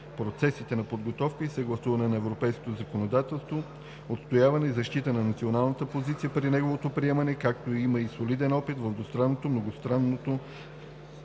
процесите на подготовка и съгласуване на европейското законодателство, отстояването и защитата на националната позиция при неговото приемане, както има и солиден опит в двустранното